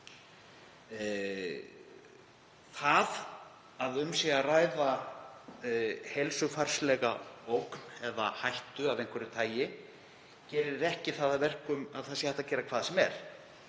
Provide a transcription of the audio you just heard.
Það að um sé að ræða heilsufarslega ógn eða hættu af einhverju tagi gerir ekki að verkum að það sé hægt að gera hvað sem er.